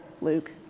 Luke